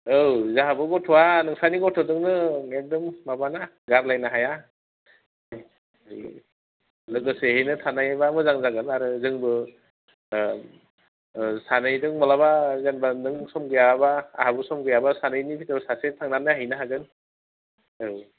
औ जाहाबो गथ'आ नोंस्रानि नोंस्रानि गथ'दोनो एखदम माबाना गारलायनो हाया लोगोसेयैनो थानायब्ला मोजां जागोन आरो जोंबो सानैजों माब्लाबा जेनोबा नों सम गैयाब्ला आहाबो सम गैयाब्ला सानैनि भिथोराव सासे थांनानै नायहैनो हागोन औ